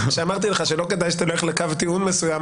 כשאמרתי לך שלא כדאי שתלך לקו טיעון מסוים,